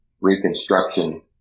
Reconstruction